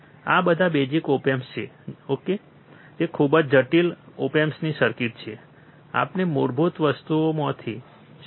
આ બધા basic op amps છે ઓકે તે ખૂબ જ જટિલ ઓપ એએમપી સર્કિટ છે આપણે મૂળભૂત વસ્તુઓથી શરૂઆત કરીએ છીએ